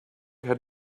had